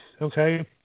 okay